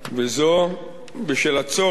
וזאת בשל הצורך